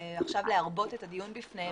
ועכשיו להרבות את הדיון בפניהם,